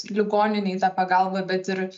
ligoninei tą pagalbą bet ir